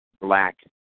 black